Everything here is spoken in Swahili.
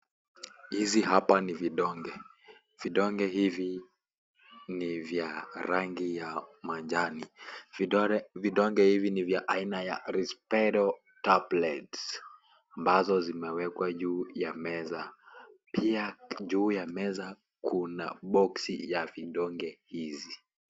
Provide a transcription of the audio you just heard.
Hizi hapa ni vidonge, vidonge hivi, ni vya, rangi ya, manjani, vidore, vidonge hivi ni vya aina ya (cs)rispedo, tablets(cs), ambazo zimewekwa juu ya meza, pia, juu ya meza, kuna, boxi ya vidonge, hizi.